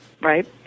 right